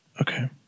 okay